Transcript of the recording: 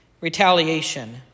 retaliation